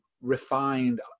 refined